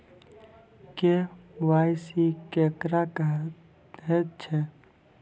KYC केकरा कहैत छै?